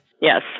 Yes